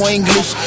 English